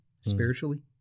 spiritually